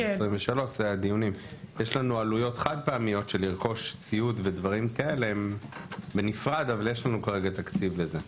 יש לנו עלויות חד-פעמיות של רכישת ציוד אבל יש לנו כרגע תקציב לזה.